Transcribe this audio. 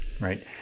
right